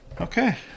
Okay